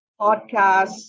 podcasts